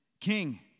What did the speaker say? King